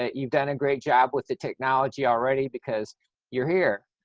ah you've done a great job with the technology already because you're here.